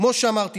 כמו שאמרתי,